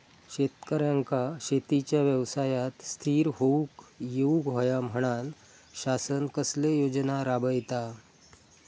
शेतकऱ्यांका शेतीच्या व्यवसायात स्थिर होवुक येऊक होया म्हणान शासन कसले योजना राबयता?